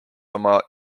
oma